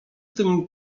tym